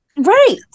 Right